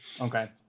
Okay